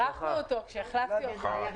בירכנו אותו כשהחלפתי אותך.